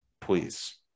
Please